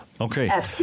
Okay